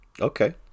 Okay